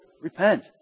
repent